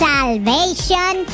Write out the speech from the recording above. Salvation